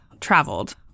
traveled